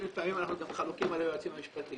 לפעמים אנחנו חלוקים גם על היועצים המשפטיים.